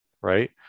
right